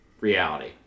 reality